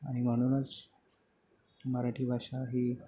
आणि म्हणूनच मराठी भाषा ही